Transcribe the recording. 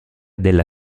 della